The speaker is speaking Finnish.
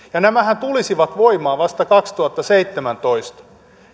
nämähän tulisivat voimaan vasta kaksituhattaseitsemäntoista